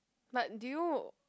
but did you